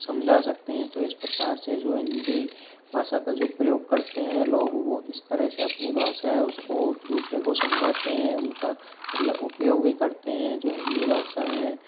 समझा सकते हैं तो इस प्रकार से जो हिंदी भाषा का जो प्रयोग करते हैं लोग वो इस तरह से अपनी भाषा है उस को दूसरे को समझाते हैं उन का मतलब उपयोग भी करते हैं जो हिंदी भाषा है